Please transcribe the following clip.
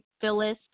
Phyllis